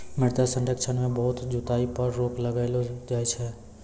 मृदा संरक्षण मे बहुत जुताई पर रोक लगैलो जाय छै